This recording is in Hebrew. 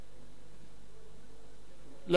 אחריו, חבר הכנסת אייכלר.